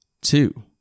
two